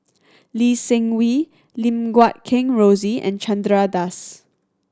Lee Seng Wee Lim Guat Kheng Rosie and Chandra Das